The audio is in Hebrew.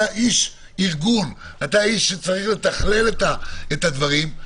אתה איש ארגון שצריך לתכלל את הדברים.